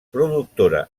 productora